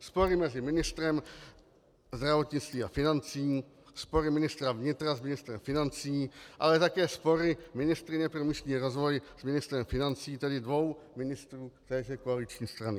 Spory mezi ministrem zdravotnictví a ministrem financí, spory ministra vnitra s ministrem financí, ale také spory ministryně pro místní rozvoj s ministrem financí, tedy dvou ministrů téže koaliční strany.